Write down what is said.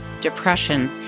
depression